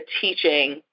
teaching